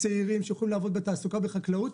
צעירים שיכולים לעבוד בתעסוקה בחקלאות.